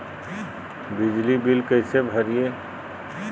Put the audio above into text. बिजली बिल कैसे भरिए?